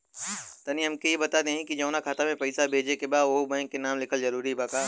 तनि हमके ई बता देही की जऊना खाता मे पैसा भेजे के बा ओहुँ बैंक के नाम लिखल जरूरी बा?